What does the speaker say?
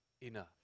enough